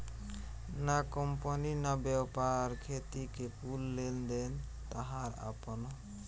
ना कंपनी ना व्यापार, खेती के कुल लेन देन ताहार आपन ह